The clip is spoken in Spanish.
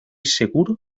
seguro